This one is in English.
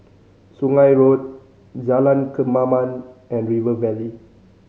Sungei Road Jalan Kemaman and River Valley